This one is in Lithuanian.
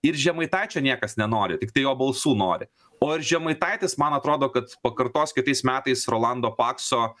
ir žemaitaičio niekas nenori tiktai jo balsų nori o ir žemaitaitis man atrodo kad pakartos kitais metais rolando pakso